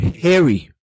Harry